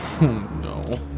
No